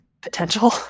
potential